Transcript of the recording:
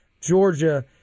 Georgia